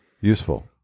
useful